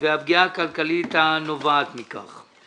והפגיעה הכלכלית הנובעת מכך.